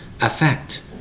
affect